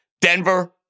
Denver